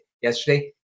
yesterday